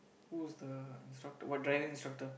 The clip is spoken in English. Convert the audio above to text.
who's the instructor what driving instructor